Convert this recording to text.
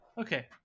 okay